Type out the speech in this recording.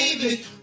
baby